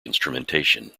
instrumentation